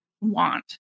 want